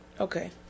Okay